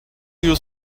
you